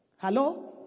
Hello